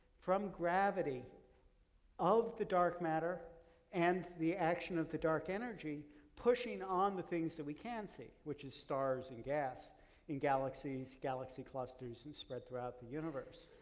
from gravity of the dark matter and the action of the dark energy pushing on the things that we can see, which is stars and gas and galaxies, galaxy clusters and spread throughout the universe.